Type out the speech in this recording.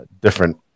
different